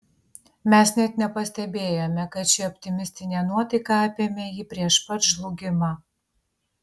mes net nepastebėjome kad ši optimistinė nuotaika apėmė jį prieš pat žlugimą